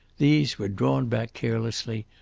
these were drawn back carelessly,